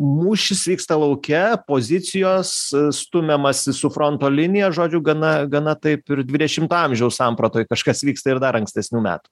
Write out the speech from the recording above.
mūšis vyksta lauke pozicijos stumiamasi su fronto linija žodžiu gana gana taip ir dvidešimto amžiaus sampratoj kažkas vyksta ir dar ankstesnių metų